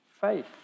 faith